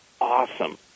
awesome